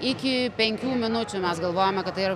iki penkių minučių mes galvojome kad tai yra